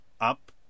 up